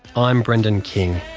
i'm brendan king.